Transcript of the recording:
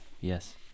Yes